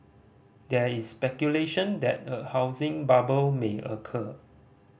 there is speculation that a housing bubble may occur